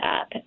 up